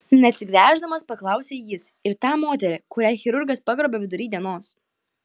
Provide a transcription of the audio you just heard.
neatsigręždamas paklausė jis ir tą moterį kurią chirurgas pagrobė vidury dienos